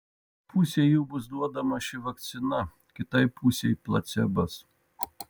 pusei jų bus duodama ši vakcina kitai pusei placebas